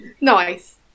nice